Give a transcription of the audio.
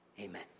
Amen